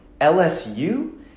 LSU